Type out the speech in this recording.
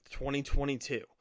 2022